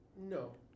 No